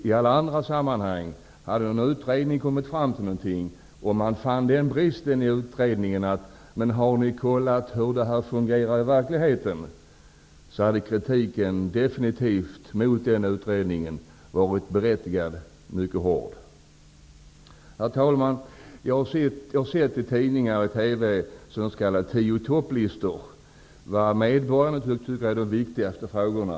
I alla andra sammanhang skulle man gjort så, att om en utredning kommit fram till någonting, men man fann den bristen i utredningen att den inte kollat hur det fungerar i verkligheten, så hade kritiken mot den utredningen definitivt varit mycket hård och berättigad. Herr talman! Jag har sett i tidningar och TV s.k. tioi-topp-listor på vad medborgarna tycker är de viktigaste frågorna.